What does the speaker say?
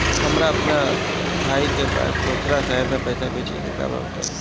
हमरा अपना भाई के पास दोसरा शहर में पइसा भेजे के बा बताई?